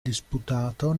disputato